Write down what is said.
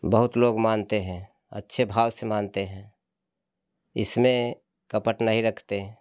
बहुत लोग मानते हैं अच्छे भाव से मानते हैं इसमें कपट नहीं रखते